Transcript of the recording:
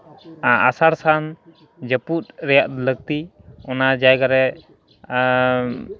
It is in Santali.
ᱟᱥᱟᱲᱼᱥᱟᱱ ᱡᱟᱹᱯᱩᱫ ᱨᱮᱭᱟᱜ ᱞᱟᱹᱠᱛᱤ ᱚᱱᱟ ᱡᱟᱭᱜᱟ ᱨᱮ